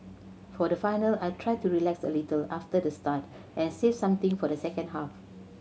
for the final I tried to relax a little after the start and save something for the second half